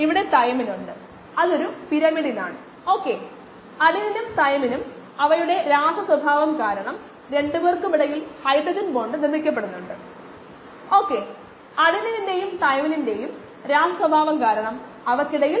അതിനാൽ അത് ഒഴിവാക്കാൻ അവർക്ക് തീർച്ചയായും ഒരു ഓൺലൈൻ അളവ് ആവശ്യമാണ് അത് സാന്ദ്രത എന്താണെന്ന് ഉടനടി അവരോട് പറയും അങ്ങനെ ഉൽപ്പന്ന നിലകൾ സ്വീകാര്യമായ തലങ്ങളിൽ നിലനിർത്താൻ ഉചിതമായ നടപടി സ്വീകരിക്കാൻ അവർക്ക് കഴിയും